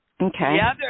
Okay